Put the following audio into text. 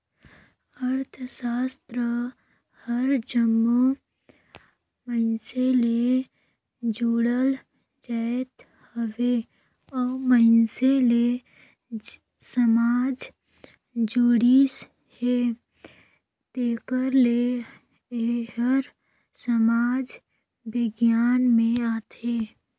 अर्थसास्त्र हर जम्मो मइनसे ले जुड़ल जाएत हवे अउ मइनसे ले समाज जुड़िस हे तेकर ले एहर समाज बिग्यान में आथे